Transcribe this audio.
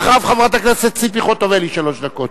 אחריו, חברת הכנסת ציפי חוטובלי, שלוש דקות.